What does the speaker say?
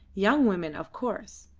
young women, of course.